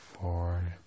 four